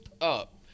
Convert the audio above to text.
up